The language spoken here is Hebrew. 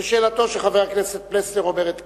ושאלתו של חבר הכנסת פלסנר אומרת כך: